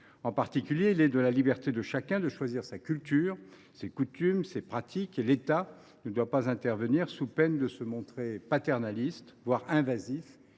Ainsi, il est de la liberté de chacun de choisir sa culture, ses coutumes, ses pratiques. L’État ne doit pas intervenir, sous peine de se montrer paternaliste, voire invasif,